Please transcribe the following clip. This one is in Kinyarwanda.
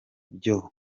byo